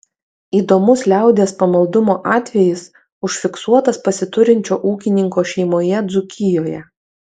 įdomus liaudies pamaldumo atvejis užfiksuotas pasiturinčio ūkininko šeimoje dzūkijoje